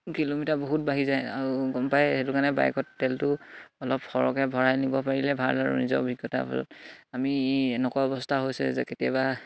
kilometre বহুত বাঢ়ি যায় আৰু গম পায় সেইটো কাৰণে বাইকত তেলটো অলপ সৰহকে ভৰাই নিব পাৰিলে ভাল আৰু নিজৰ অভিজ্ঞতাৰ ফলত আমি ই এনেকুৱা অৱস্থা হৈছে যে কেতিয়াবা